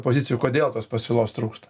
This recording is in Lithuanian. pozicijų kodėl tos pasiūlos trūksta